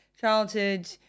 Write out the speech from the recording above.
childhood